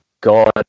God